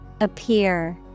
Appear